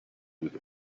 with